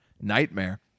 nightmare